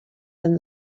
and